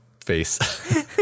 face